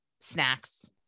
Snacks